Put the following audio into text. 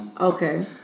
okay